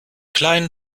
kleinen